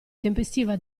tempestiva